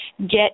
get